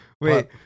wait